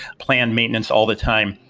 planned maintenance all the time.